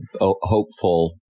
hopeful